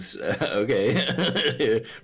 Okay